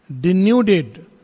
denuded